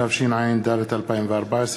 התשע"ד 2014,